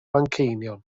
manceinion